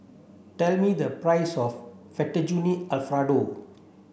tell me the price of Fettuccine Alfredo